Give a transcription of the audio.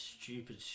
stupid